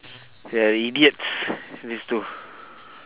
they are idiots this two